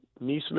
Neesmith